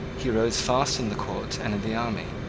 he rose fast in the court and in the army,